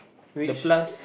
which